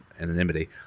anonymity